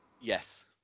Yes